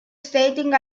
stating